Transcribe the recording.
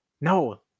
No